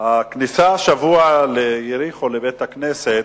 הכניסה השבוע ליריחו, לבית-הכנסת,